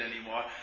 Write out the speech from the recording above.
anymore